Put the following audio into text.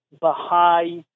Baha'i